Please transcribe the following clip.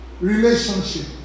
Relationship